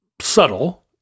subtle